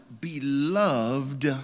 beloved